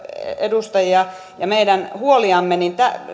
edustajia ja meidän huoliamme niin